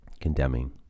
condemning